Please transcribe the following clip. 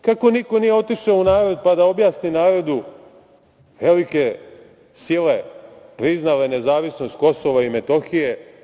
Kako niko nije otišao u narod, pa da objasni narodu velike sile priznale nezavisnost Kosova i Metohije?